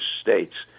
states